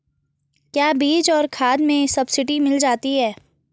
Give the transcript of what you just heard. क्या बीज और खाद में सब्सिडी मिल जाती है?